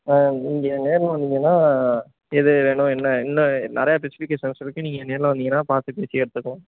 நீங்கள் நேரில் வந்திங்கன்னால் எது வேணும் இன்னும் இன்னும் நிறையா ஸ்பெஸிஃபிகேஷன் இருக்குது நீங்கள் நேரில் வந்திங்கன்னால் பார்த்து பேசி எடுத்துக்கலாம்